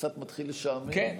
וקצת מתחיל לשעמם,